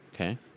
okay